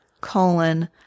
Colon